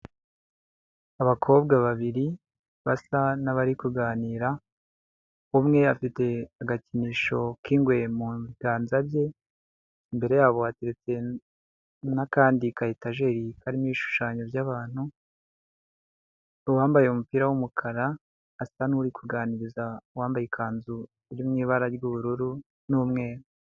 Abakobwa babiri basa n'abari kuganira, umwe afite agakinisho k'ingwe mu biganza bye, imbere yabo hateretse n'akandi kayetajeri karimo ibishushanyo by'abantu, uwambaye umupira w'umukara asa n'uri kuganiriza uwambaye ikanzu iri mu ibara ry'ubururu n'umweru.